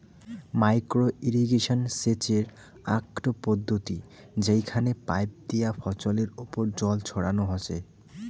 micro irrigation সেচের আকটো পদ্ধতি যেইখানে পাইপ দিয়া ফছলের ওপর জল ছড়ানো হসে